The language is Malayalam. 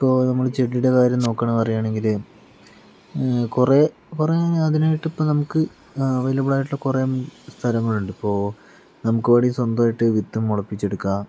ഇപ്പോൾ നമ്മൾ ചെടിയുടെ കാര്യം നോക്കുകയാണെന്ന് പറയുകയാണെങ്കില് കുറേ കുറേ അതിനായിട്ട് ഇപ്പോൾ നമുക്ക് അവൈലബിൾ ആയിട്ടുള്ള കുറേ സ്ഥലങ്ങളുണ്ട് ഇപ്പോൾ നമുക്ക് വേണമെങ്കിൽ സ്വന്തമായിട്ട് വിത്തു മുളപ്പിച്ചെടുക്കാം